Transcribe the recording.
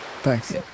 Thanks